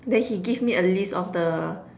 then he give me a list of the